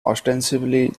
ostensibly